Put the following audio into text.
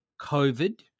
COVID